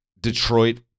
Detroit